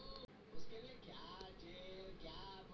कार्यशील पूँजी क इस्तेमाल व्यवसाय के दैनिक काम के खातिर करल जाला